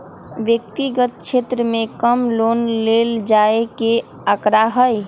व्यक्तिगत क्षेत्र में कम लोन ले जाये के आंकडा हई